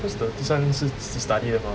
because the this one is like need or not